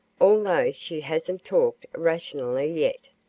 although she hasn't talked rationally yet.